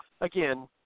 again